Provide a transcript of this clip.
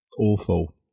awful